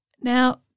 Now